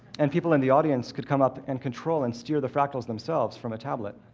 and people in the audience could come up and control and steer the fractals themselves from a tablet.